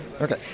okay